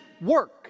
work